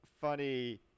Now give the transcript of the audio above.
funny